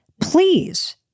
please